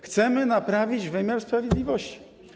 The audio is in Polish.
Chcemy naprawić wymiar sprawiedliwości.